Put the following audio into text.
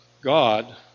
God